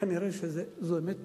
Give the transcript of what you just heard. כנראה זו אמת פשוטה,